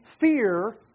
fear